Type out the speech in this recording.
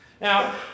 Now